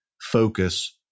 focus